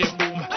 Boom